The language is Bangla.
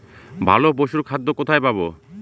ভালো পশুর খাদ্য কোথায় পাবো?